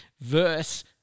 verse